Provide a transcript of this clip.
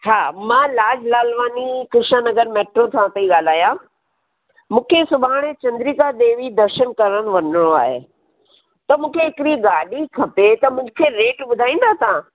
हा मां लाज लालवानी कृष्णा नगर मैट्रो सां पई ॻाल्हायां मूंखे सुभाणे चंद्रीका देवी दर्शन करण वञिणो आहे त मूंखे हिकिड़ी गाॾी खपे त मूंखे रेट ॿुधाईंदा तव्हां